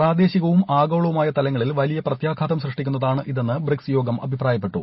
പ്രദേശികവും ആഗോളവും ആയ തലങ്ങളിൽ വലിയ പ്രത്യാഘാതം സൃഷ്ടിക്കുന്നതാണ് ഇതെന്ന് ബ്രിക്സ് യോഗം അഭിപ്രായപ്പെട്ടു